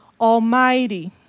Almighty